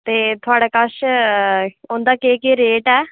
ते थुआढ़े कश उं'दा केह् केह् रेट ऐ